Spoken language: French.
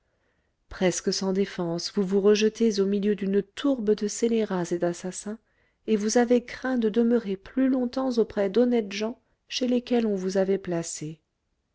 presque sans défense vous vous rejetez au milieu d'une tourbe de scélérats et d'assassins et vous avez craint de demeurer plus longtemps auprès d'honnêtes gens chez lesquels on vous avait placé